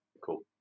cool